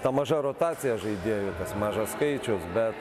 ta maža rotacija žaidėjų tas mažas skaičius bet